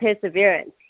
perseverance